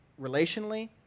relationally